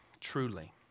truly